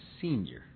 senior